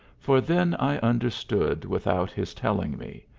for then i understood without his telling me,